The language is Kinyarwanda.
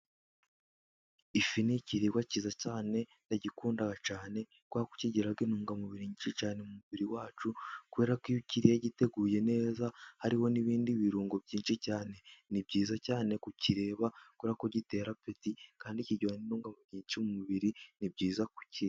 Ifi ni ikiriba kiza cyane, ndagikunda cyane, kubera ko kigira intungamubiri nyinshi cyane mu mubiri wacu, kubera ko iyo ukiriye giteguye neza hariho n'ibindi birungo byinshi cyane, ni byiza cyane kukireba kubera ko gitera peti, kandi kigira nintungamubiri nyinshi mu mubiri, ni byiza kukirya.